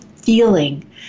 feeling